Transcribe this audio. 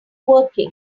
working